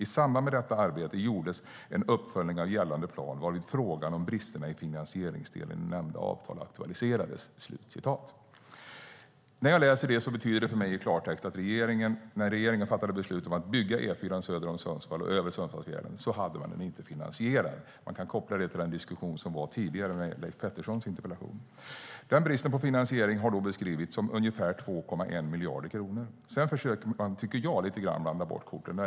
I samband med detta arbete gjordes en uppföljning av gällande plan varvid frågan om bristerna i finansieringsdelen i nämnda avtal aktualiserades." När jag läser det betyder det för mig i klartext att regeringen, när regeringen fattade beslut om att bygga E4:an söder om Sundsvall och över Sundsvallsfjärden, inte hade den finansierad. Man kan koppla det till den diskussion som var tidigare i samband med Leif Petterssons interpellation. Den bristen på finansiering har beskrivits som ungefär 2,1 miljard kronor. Sedan försöker man, tycker jag, lite grann blanda bort korten.